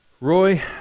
Roy